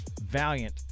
Valiant